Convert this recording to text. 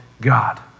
God